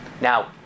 Now